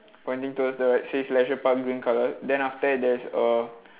pointing towards the right says leisure park green colour then after that there's a